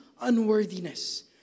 unworthiness